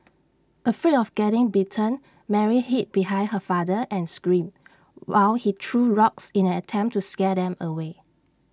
afraid of getting bitten Mary hid behind her father and screamed while he threw rocks in an attempt to scare them away